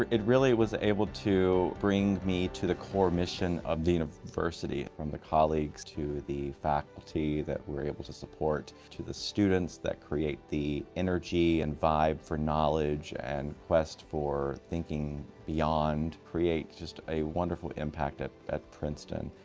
it really was able to bring me to the core mission of the university, from the colleagues to the faculty that we're able to support, to the students that create the energy and vibe for knowledge and quest for thinking beyond, create just a wonderful impact at at princeton.